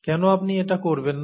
কেন আপনি এটা করবেন না